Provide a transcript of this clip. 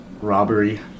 Robbery